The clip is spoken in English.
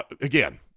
again